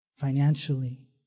financially